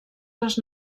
les